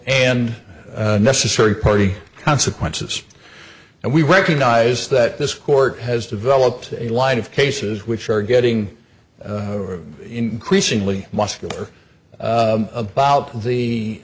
and necessary party consequences and we recognize that this court has developed a line of cases which are getting increasingly muscular about the